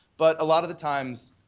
but a lot of the times,